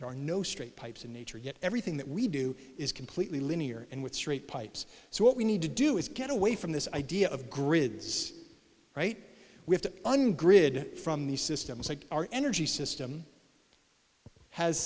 there are no straight pipes in nature yet everything that we do is completely linear and with straight pipes so what we need to do is get away from this idea of grid is right with the ungraded from these systems our energy system has